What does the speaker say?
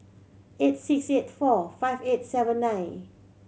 eight six eight four five eight seven nine